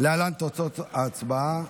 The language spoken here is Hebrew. להלן תוצאות ההצבעה: